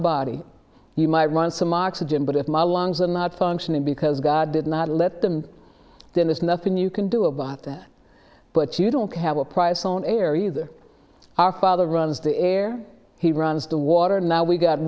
body you might run some oxygen but if my lungs are not functioning because god did not let them then there's nothing you can do about that but you don't have a price on air either our father runs the air he runs the water now we've got